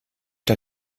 der